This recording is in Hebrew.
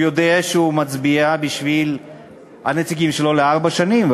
הוא יודע שהוא מצביע בשביל הנציגים שלו לארבע שנים,